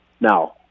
Now